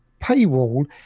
paywall